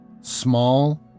small